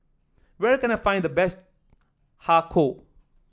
where can I find the best Har Kow